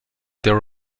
their